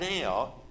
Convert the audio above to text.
now